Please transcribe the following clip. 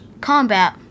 Combat